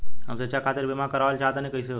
हम शिक्षा खातिर बीमा करावल चाहऽ तनि कइसे होई?